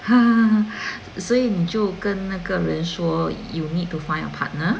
所以你就跟那个人说 you need to find a partner